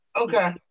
Okay